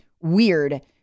Weird